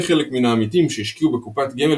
לחלק מן העמיתים שהשקיעו בקופת גמל